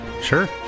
sure